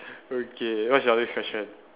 okay what's your next question